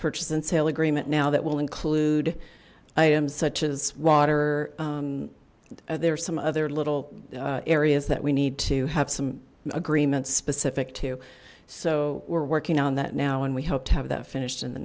purchase and sale agreement now that will include items such as water there are some other little areas that we need to have some agreements specific to so we're working on that now and we hope to have that finished in the